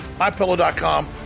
MyPillow.com